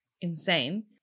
insane